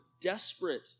desperate